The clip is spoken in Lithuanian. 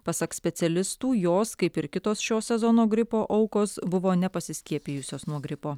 pasak specialistų jos kaip ir kitos šio sezono gripo aukos buvo nepasiskiepijusios nuo gripo